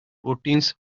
proteins